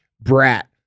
brat